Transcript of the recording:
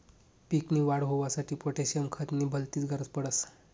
पीक नी वाढ होवांसाठी पोटॅशियम खत नी भलतीच गरज पडस